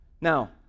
now